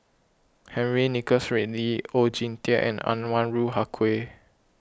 Henry Nicholas Ridley Oon Jin Teik and Anwarul Haque